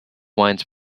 wines